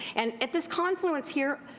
and at this confluence here,